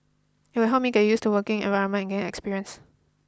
it will help me get used to working environment and gain experience